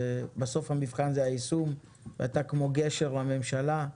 ובסוף המבחן זה היישום ואתה כמו גשר לממשלה.